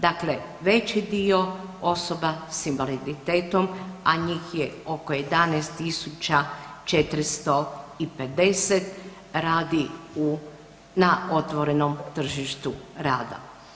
Dakle veći dio osoba sa invaliditetom a njih je oko 11 450, radi na otvorenom tržištu rada.